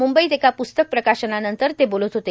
मुंबईत एका पुस्तक प्रकाशनानंतर ते बोलत होते